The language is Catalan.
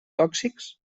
tòxics